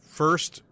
first